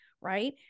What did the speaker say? right